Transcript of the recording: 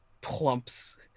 Plumps